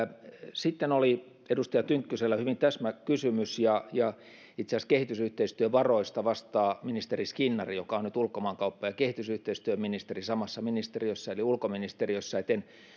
sitten oli edustaja tynkkysellä hyvin täsmäkysymys itse asiassa kehitysyhteistyövaroista vastaa ministeri skinnari joka on nyt ulkomaankauppa ja kehitysyhteistyöministeri samassa ministeriössä eli ulkoministeriössä niin etten